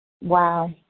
wow